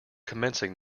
commencing